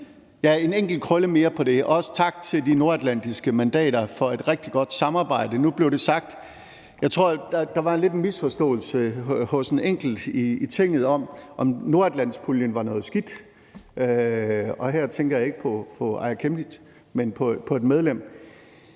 – ja, en enkelt krølle mere på det – og også tak til de nordatlantiske mandater for et rigtig godt samarbejde, og nu blev det sagt. Jeg tror, der lidt var en misforståelse hos en enkelt i Tinget om, hvorvidt Nordatlantpuljen var noget skidt, og her tænker jeg ikke på Aaja Chemnitz Larsen, men på et andet